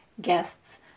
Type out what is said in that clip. guests